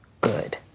good